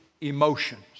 emotions